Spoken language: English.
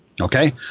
Okay